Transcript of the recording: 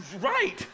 Right